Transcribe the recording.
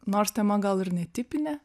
nors tema gal ir netipinė